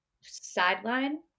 sideline